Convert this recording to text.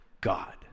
God